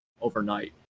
overnight